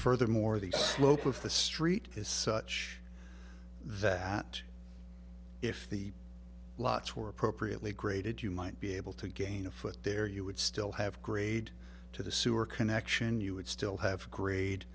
furthermore the slope of the street is such that if the lots were appropriately graded you might be able to gain a foot there you would still have grade to the sewer connection you would still have grade